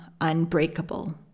unbreakable